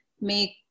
make